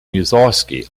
mussorgsky